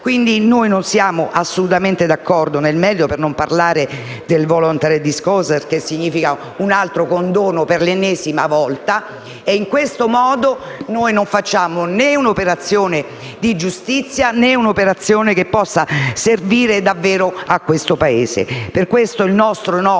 Insomma, non siamo assolutamente d'accordo nel merito, per non parlare della *voluntary disclosure*, che significa l'ennesimo condono. In questo modo non facciamo né un'operazione di giustizia né un'operazione che possa servire davvero a questo Paese. Per questo il nostro è